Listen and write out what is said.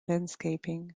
landscaping